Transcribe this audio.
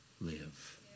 live